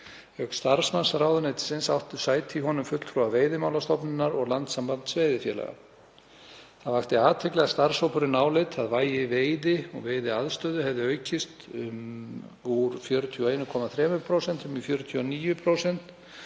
Auk starfsmanns ráðuneytisins áttu sæti í honum fulltrúar Veiðimálastofnunar og Landssambands veiðifélaga. Það vakti athygli að starfshópurinn áleit að vægi veiði og veiðiaðstöðu hefði aukist úr 41,3% í 49%